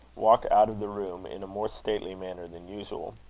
walked out of the room in a more stately manner than usual.